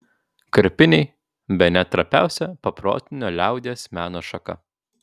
karpiniai bene trapiausia paprotinio liaudies meno šaka